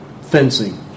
fencing